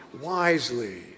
wisely